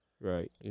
right